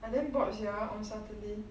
I damn bored sia on saturday